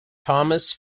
thomas